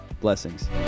Blessings